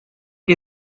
que